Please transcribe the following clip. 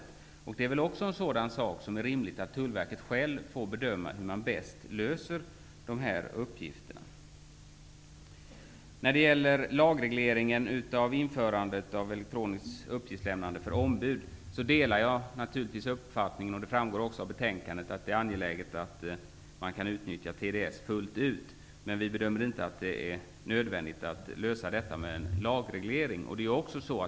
Hur man bäst löser dessa uppgifter är också en fråga som det är rimligt att Tullverket själv får bedöma. När det gäller lagregleringen av införandet av elektroniskt uppgiftslämnande för ombud delar jag naturligtvis uppfattningen, vilket också framgår av betänkandet, att det är angeläget att man kan utnyttja TDS fullt ut. Men vi bedömer det inte som nödvändigt att lösa detta genom lagreglering.